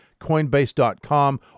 Coinbase.com